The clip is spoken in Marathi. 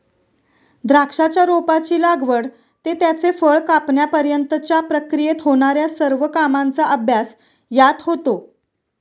द्राक्षाच्या रोपाची लागवड ते त्याचे फळ कापण्यापर्यंतच्या प्रक्रियेत होणार्या सर्व कामांचा अभ्यास यात होतो